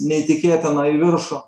neįtikėtiną į viršų